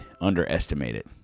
underestimated